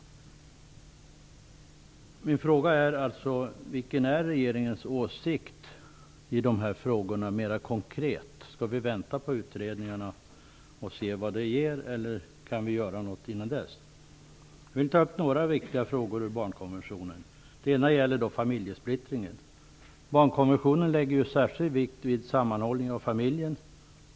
Min fråga är alltså: Vilken är regeringens mer konkreta åsikt i de här frågorna? Skall vi vänta på utredningarna och se vad det ger, eller kan vi göra något innan dess? Jag vill ta upp några viktiga frågor i barnkonventionen, och jag vill börja med familjesplittringen. Barnkonventionen lägger ju särskild vikt vid sammanhållningen av familjen.